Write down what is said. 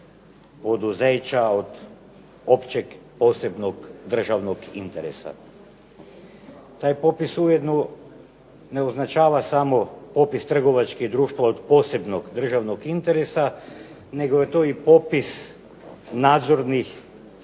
poduzeća od općeg posebnog državnog interesa. Taj popis ujedno ne označava samo popis trgovačkih društava od posebnog državnog interesa nego je to i popis nadzornih